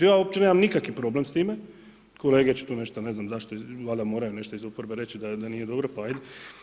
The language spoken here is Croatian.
Ja uopće nemam nikakav problem s time, kolege će tu nešto, ne znam zašto, valjda moraju nešto iz oporbe reći da nije dobro, pa hajde.